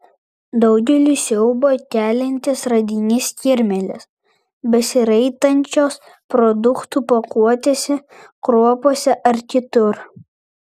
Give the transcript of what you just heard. daugeliui siaubą keliantis radinys kirmėlės besiraitančios produktų pakuotėse kruopose ar kitur